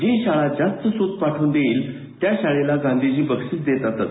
जी शाळा जास्त सुत पाठवून देईल त्या शाळेला गांधीजी बक्षीस देत असत